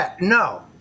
no